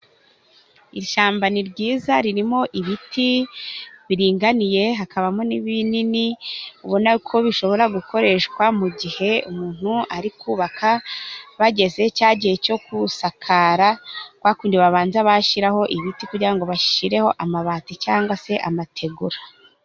Ishyamba ni ryiza ririmo ibiti biringaniye, hakabamo n'ibinini ubona ko bishobora gukoreshwa mu gihe umuntu ari kubaka bageze cya gihe cyo kusakara kwakundi babanza bashiraho ibiti kugira ngo bashireho amabati cyangwa se amategura.